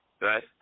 Right